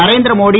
Narendra Modi